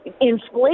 inflation